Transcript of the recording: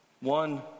One